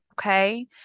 okay